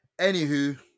Anywho